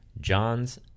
John's